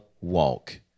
walk